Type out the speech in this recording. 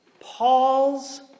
Paul's